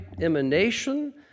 emanation